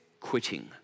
quitting